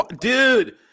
dude